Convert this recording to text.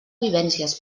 vivències